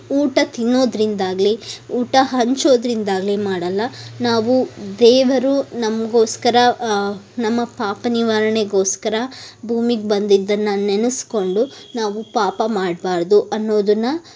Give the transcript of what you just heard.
ಊಟ ತಿನ್ನೋದ್ರಿಂದಾಗಲೀ ಊಟ ಹಂಚೋದ್ರಿಂದಾಗಲೀ ಮಾಡೋಲ್ಲ ನಾವು ದೇವರು ನಮಗೋಸ್ಕರ ನಮ್ಮ ಪಾಪ ನಿವಾರಣೆಗೋಸ್ಕರ ಭೂಮಿಗ್ ಬಂದಿದ್ದನ್ನು ನೆನಸಿಕೊಂಡು ನಾವು ಪಾಪ ಮಾಡಬಾರ್ದು ಅನ್ನೋದನ್ನು